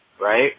right